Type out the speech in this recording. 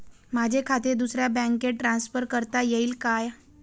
माझे खाते दुसऱ्या बँकेत ट्रान्सफर करता येईल का?